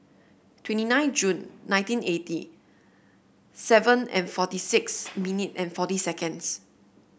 twenty nine June nineteen eighty seven and forty six minute and forty seconds